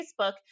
facebook